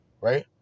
right